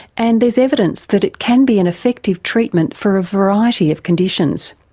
and there's evidence that it can be an effective treatment for a variety of conditions.